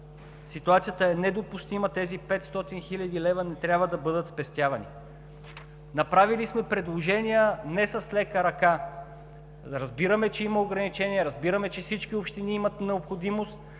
Ситуацията е недопустима – тези 500 хил. лв. не трябва да бъдат спестявани. Направили сме предложения не с лека ръка. Разбираме, че има ограничения, разбираме, че всички общини имат необходимост,